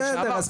בסדר.